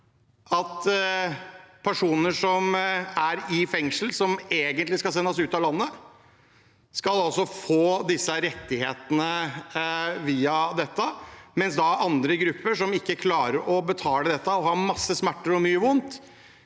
at personer som er i fengsel og egentlig skal sendes ut av landet, skal få disse rettighetene via denne ordningen, mens andre grupper som ikke klarer å betale dette, og har masse smerter og mye vondt,